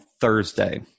Thursday